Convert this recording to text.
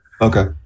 okay